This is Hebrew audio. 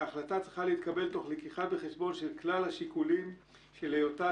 ההחלטה צריכה להתקבל תוך לקיחה בחשבון של כלל השיקולים של היותה